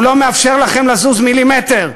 הוא לא מאפשר לכם לזוז מילימטר,